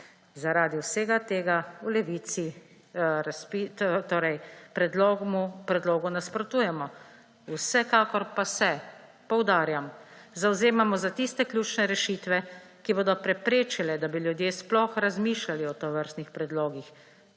Zaradi vsega tega v Levici predlogu nasprotujemo. Vsekakor pa se, poudarjam, zavzemamo za tiste ključne rešitve, ki bodo preprečile, da bi ljudje sploh razmišljali o tovrstnih predlogih,